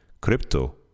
crypto